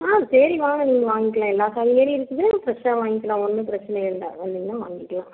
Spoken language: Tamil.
ஆ சரி வாங்க நீங்கள் வாங்கிக்கலாம் எல்லா காய்கறியும் இருக்குது ஃப்ரெஷ்ஷாக வாங்கிக்கலாம் ஒன்றும் பிரச்சின இல்லை வந்திங்கன்னால் வாங்கிக்கலாம்